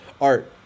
Art